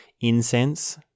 incense